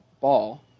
ball